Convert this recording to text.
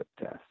test